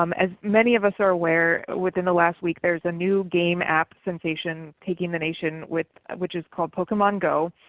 um as many of us are aware within the last week there is a new game app sensation taking the nation which is called pokemon go.